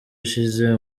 ishize